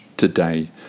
Today